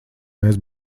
mēs